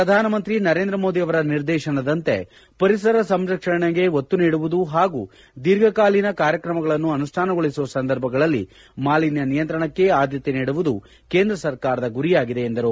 ಪ್ರಧಾನಮಂತ್ರಿ ನರೇಂದ್ರ ಮೋದಿ ಅವರ ನಿರ್ದೇತನದಂತೆ ಪರಿಸರ ಸಂರಕ್ಷಣೆಗೆ ಒತ್ತು ನೀಡುವುದು ಹಾಗೂ ದೀರ್ಘಕಾಲೀನ ಕಾರ್ಯಕ್ರಮಗಳನ್ನು ಅನುಷ್ಠಾನಗೊಳಿಸುವ ಸಂದರ್ಭಗಳಲ್ಲಿ ಮಾಲಿನ್ಯ ನಿಯಂತ್ರಣಕ್ಷೆ ಆದ್ದತೆ ನೀಡುವುದು ಕೇಂದ್ರ ಸರ್ಕಾರದ ಗುರಿಯಾಗಿದೆ ಎಂದರು